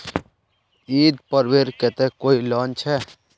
ईद पर्वेर केते कोई लोन छे?